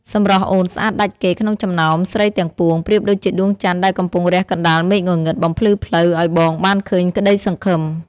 សម្រស់អូនស្អាតដាច់គេក្នុងចំណោមស្រីទាំងពួង ប្រៀបដូចជាដួងច័ន្ទដែលកំពុងរះកណ្តាលមេឃងងឹត បំភ្លឺផ្លូវឱ្យបងបានឃើញក្តីសង្ឃឹម។